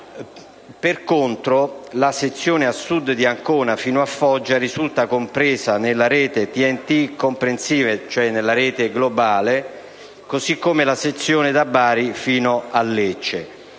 Per contro, la sezione a sud di Ancona, fino a Foggia, risulta compresa nella rete TEN-T *comprehensive*, cioè nella rete globale, così come la sezione da Bari fino a Lecce.